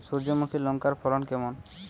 সূর্যমুখী লঙ্কার ফলন কেমন?